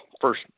first